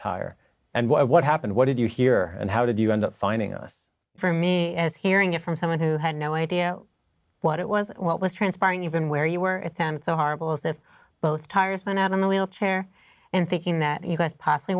tire and what happened what did you hear and how did you end up finding us for me as hearing it from someone who had no idea what it was what was transpiring even where you were at them so horrible as this both tires went out in the wheelchair and thinking that you could possibly